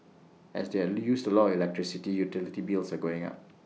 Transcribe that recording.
as they use A lot electricity utility bills are going up